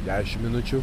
dešimt minučių